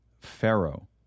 pharaoh